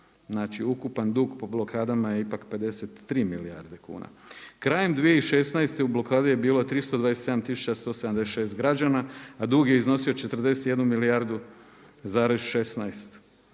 Znači ukupan dug po blokadama je ipak 53 milijarde kuna. Krajem 2016. u blokadi je bilo 327 tisuća 176 građana a dug je iznosio 41 milijardu zarez 16,